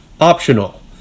optional